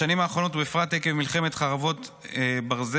בשנים האחרונות ובפרט עקב מלחמת חרבות ברזל,